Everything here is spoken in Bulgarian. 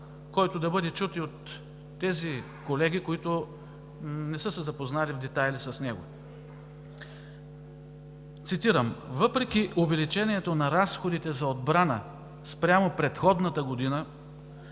който да бъде чут и от тези колеги, които не са се запознали в детайли с него: въпреки увеличението на разходите за отбрана спрямо предходната година,